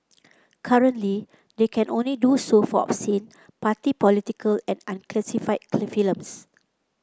currently they can only do so for obscene party political and unclassified